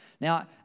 Now